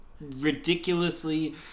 ridiculously